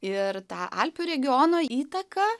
ir tą alpių regiono įtaką